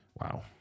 wow